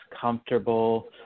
comfortable